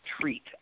treat